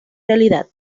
realidad